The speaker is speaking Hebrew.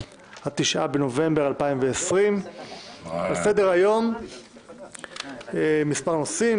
9 בנובמבר 2020. על סדר-היום כמה נושאים,